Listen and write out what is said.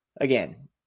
Again